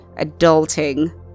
adulting